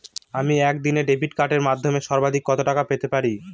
আমি একদিনে ডেবিট কার্ডের মাধ্যমে সর্বাধিক কত টাকা পেতে পারি?